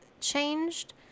changed